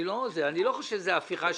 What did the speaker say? אני לא חושב שזאת הפיכה שלטונית,